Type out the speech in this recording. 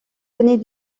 années